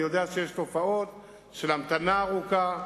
אני יודע שיש תופעות של המתנה ארוכה,